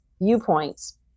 viewpoints